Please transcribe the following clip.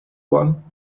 one